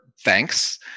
thanks